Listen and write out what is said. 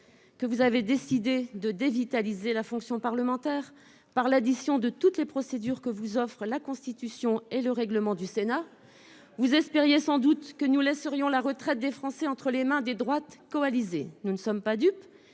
: vous avez décidé de dévitaliser la fonction parlementaire par l'addition de toutes les procédures que vous offrent la Constitution et le règlement du Sénat. Vous espériez sans doute que nous laisserions la retraite des Français entre les mains des droites coalisées. Nous ne sommes pas dupes,